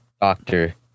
Doctor